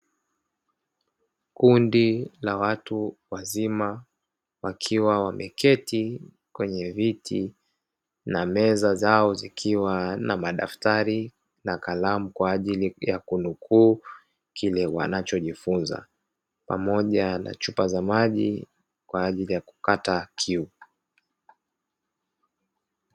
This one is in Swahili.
Kundi la watu wazima wakiwa wameketi kwenye viti, na meza zao zikiwa na madaftari na kalamu kwa ajili ya kunukuu kile wanachojifunza, pamoja na chupa za maji kwa ajili ya kukata kiu.